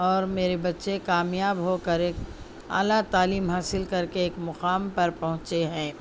اور میرے بچے کامیاب ہو کر ایک اعلیٰ تعلیم حاصل کر کے ایک مقام پر پہنچے ہیں